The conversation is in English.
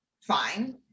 fine